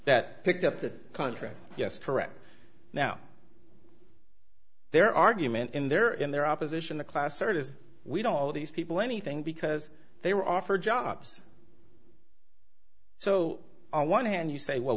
that picked up the contract yes correct now their argument in their in their opposition to class or it is we don't know these people anything because they were offered jobs so on one hand you say well